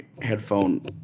headphone